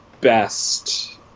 best